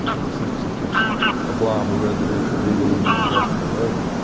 in the sense it's just a blob of residential here and industrial there,